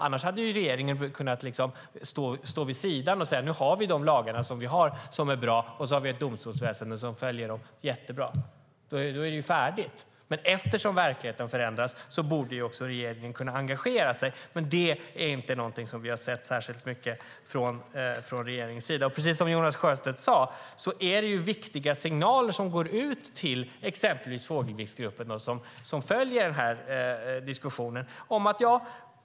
Annars hade regeringen kunnat stå vid sidan och säga: Nu har vi de lagar som vi har, som är bra, och så har vi ett domstolväsen som följer detta - jättebra, då är det färdigt. Eftersom verkligheten förändras borde regeringen kunna engagera sig, men det är inte något som vi har sett särskilt mycket från regeringens sida. Precis som Jonas Sjöstedt sade är det viktiga signaler som går ut till exempelvis Fågelviksgruppen, som följer den här diskussionen.